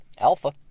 Alpha